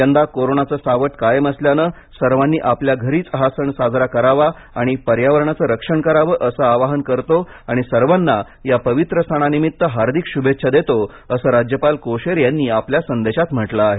यंदा कोरोनाचे सावट कायम असल्याने सर्वांनी आपल्या घरीच हा सण साजरा करावा व पर्यावरणाचे रक्षण करावे असे आवाहन करतो व सर्वांना या पवित्र सणानिमित्त हार्दिक श्भेच्छा देतो असे राज्यपाल कोश्यारी यांनी आपल्या संदेशात म्हटले आहे